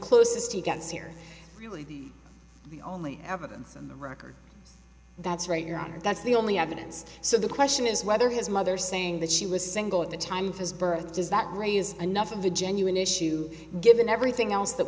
closest he gets here really the only evidence of record that's right your honor that's the only evidence so the question is whether his mother saying that she was single at the time for his birth does that raise enough of a genuine issue given everything else that